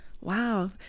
Wow